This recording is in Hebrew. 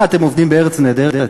מה, אתם עובדים ב"ארץ נהדרת"?